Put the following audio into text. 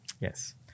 Yes